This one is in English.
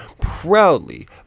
proudly